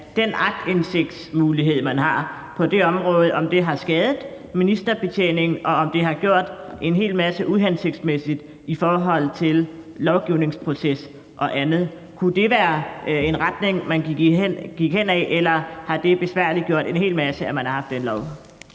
den aktindsigtsmulighed, man har på det område, har skadet ministerbetjeningen, og om det har gjort en hel masse uhensigtsmæssigt i forhold til lovgivningsproces og andet. Kunne det være en retning, man gik i, eller har det besværliggjort en hel masse, at man har haft den lov?